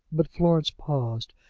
but florence paused,